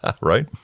Right